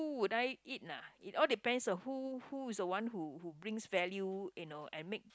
who would I eat lah it all depends on who who is the one who who brings value you know and make